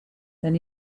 then